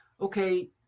okay